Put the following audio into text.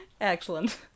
Excellent